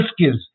skills